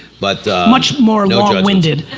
but. much more long winded.